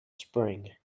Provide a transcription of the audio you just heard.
spring